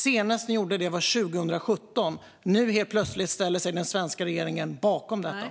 Senast ni gjorde det var 2017, och nu ställer den svenska regeringen sig helt plötsligt bakom detta.